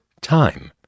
time